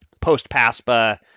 post-PASPA